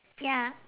ya